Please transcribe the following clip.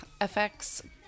FX